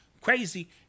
crazy